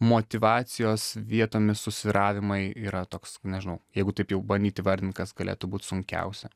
motyvacijos vietomis susvyravimai yra toks nežinau jeigu taip jau bandyt įvardint kas galėtų būt sunkiausia